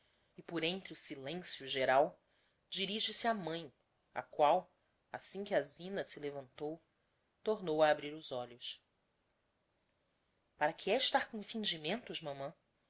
e por entre o silencio geral dirige-se á mãe a qual assim que a zina se levantou tornou a abrir os olhos para que é estar com fingimentos mamã